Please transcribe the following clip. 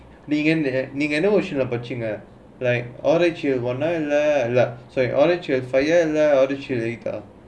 நீங்க என்ன:neenga enna version ah like படிச்சீங்களா:padhichinggalaa